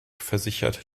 versichert